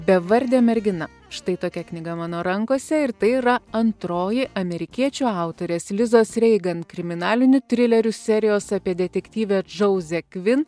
bevardė mergina štai tokia knyga mano rankose ir tai yra antroji amerikiečių autorės lizos reigan kriminalinių trilerių serijos apie detektyvę džauzę kvin